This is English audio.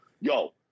Yo